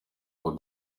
ngo